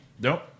Nope